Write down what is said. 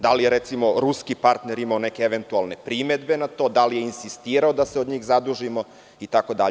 Da li je, recimo, ruski partner imao neke eventualne primedbe na to, da li je insistirao da se od njih zadužimo itd?